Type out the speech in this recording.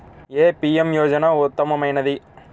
ఏ PM యోజన ఉత్తమమైనది?